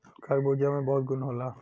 खरबूजा में बहुत गुन होला